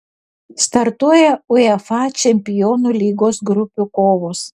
startuoja uefa čempionų lygos grupių kovos